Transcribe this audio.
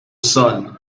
sun